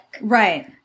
Right